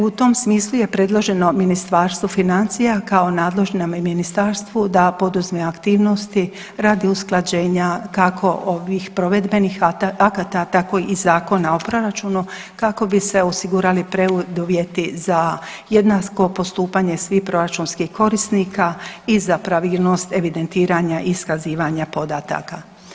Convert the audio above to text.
U tom smislu je predloženo Ministarstvu financija kao nadležnome ministarstvu da poduzme aktivnosti radi usklađenja kako ovih provedbenih akata tako i Zakona o proračunu kako bi se osigurali preduvjeti za jednako postupanje svih proračunskih korisnika i za pravilnost evidentiranja i iskazivanja podataka.